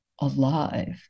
alive